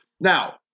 Now